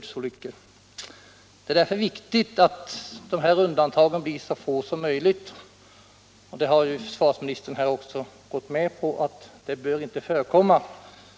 Det är mot denna bakgrund viktigt att undantagen blir så få som möjligt. Försvarsministern har nu också gått med på att det inte bör förekomma sådant som här har påtalats.